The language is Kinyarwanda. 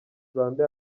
rwanda